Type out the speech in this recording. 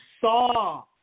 saw